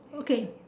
okay